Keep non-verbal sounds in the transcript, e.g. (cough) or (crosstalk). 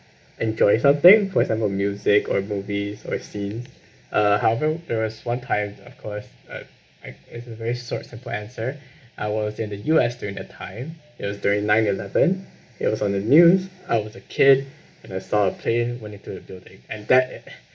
enjoy something for example music or movies or scenes uh however there was one time of course uh I~ it was a very short simple answer I was in the U_S during that time it was during nine eleven it was on the news I was a kid and I saw a plane went into the building and that it (noise)